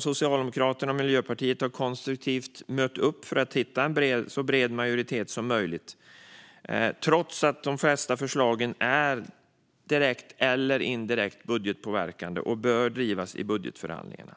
Socialdemokraterna och Miljöpartiet har konstruktivt mött upp för att hitta en så bred majoritet som möjligt, trots att de flesta förslagen är direkt eller indirekt budgetpåverkande och bör behandlas i budgetförhandlingarna.